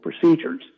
procedures